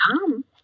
come